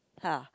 !huh!